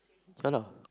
fun lah